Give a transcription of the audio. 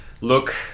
look